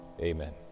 Amen